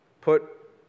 put